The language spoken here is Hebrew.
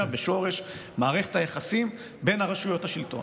בשורש מערכת היחסים בין רשויות השלטון.